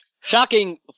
Shocking